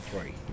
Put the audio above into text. three